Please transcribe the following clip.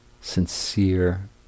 sincere